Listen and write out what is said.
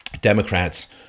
Democrats